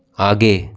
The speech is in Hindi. आगे